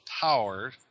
Power